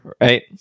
right